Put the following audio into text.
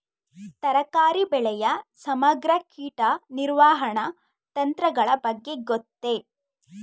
ತರಕಾರಿ ಬೆಳೆಯ ಸಮಗ್ರ ಕೀಟ ನಿರ್ವಹಣಾ ತಂತ್ರಗಳ ಬಗ್ಗೆ ಗೊತ್ತೇ?